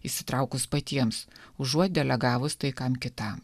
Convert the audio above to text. įsitraukus patiems užuot delegavus tai kam kitam